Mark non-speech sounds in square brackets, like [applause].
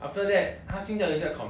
eh the mobile legend [noise]